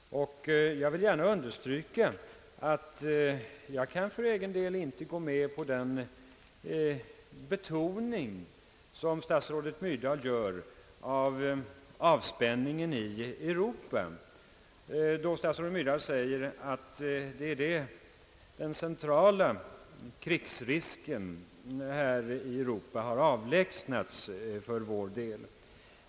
Jag kan för egen del inte godta den betoning som statsrådet Myrdal gör av avspänningen i Europa, då statsrådet säger att den centrala krigsrisken i Europa har avlägsnats för vår del.